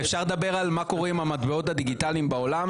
אפשר לדבר על מה קורה עם המטבעות הדיגיטליים בעולם,